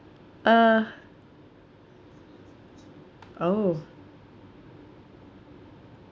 uh oh